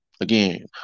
Again